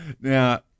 Now